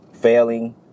failing